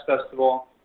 Festival